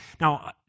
Now